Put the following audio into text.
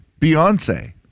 Beyonce